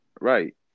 right